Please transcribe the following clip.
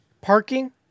Parking